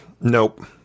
nope